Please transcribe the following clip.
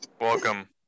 Welcome